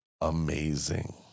amazing